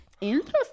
Interesting